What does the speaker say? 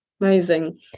Amazing